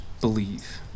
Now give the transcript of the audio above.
believe